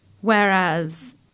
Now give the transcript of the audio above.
Whereas